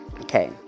Okay